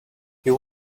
you